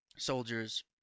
soldiers